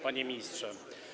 Panie Ministrze!